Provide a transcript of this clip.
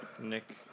Nick